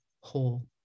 whole